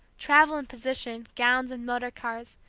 travel and position, gowns and motor-cars,